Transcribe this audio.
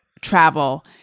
travel